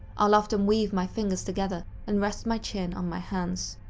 i'll often weave my fingers together and rest my chin on my hands.